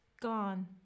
gone